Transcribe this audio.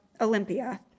Olympia